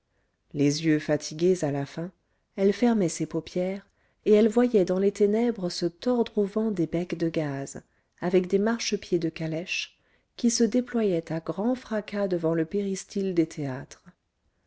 les yeux fatigués à la fin elle fermait ses paupières et elle voyait dans les ténèbres se tordre au vent des becs de gaz avec des marchepieds de calèches qui se déployaient à grand fracas devant le péristyle des théâtres